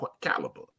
caliber